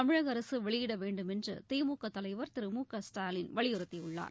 தமிழக அரசு வெளியிட வேண்டும் என்று திமுக தலைவர் திரு மு க ஸ்டாலின் வலியுறுத்தியுள்ளார்